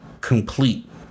complete